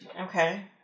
Okay